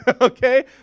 Okay